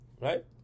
Right